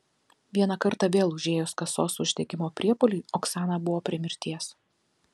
vieną kartą vėl užėjus kasos uždegimo priepuoliui oksana buvo prie mirties